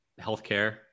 Healthcare